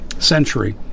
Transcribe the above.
century